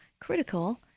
critical